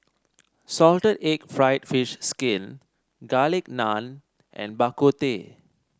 Salted Egg fried fish skin Garlic Naan and Bak Kut Teh